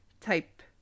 type